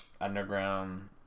underground